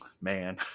man